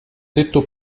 tetto